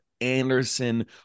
Anderson